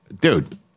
Dude